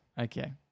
Okay